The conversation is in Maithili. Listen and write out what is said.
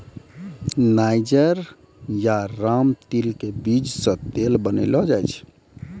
नाइजर या रामतिल के बीज सॅ तेल बनैलो जाय छै